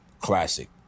classic